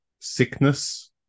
sickness